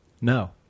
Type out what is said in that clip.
no